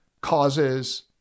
causes